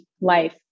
life